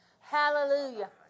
Hallelujah